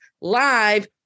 live